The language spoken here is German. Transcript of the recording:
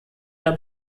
der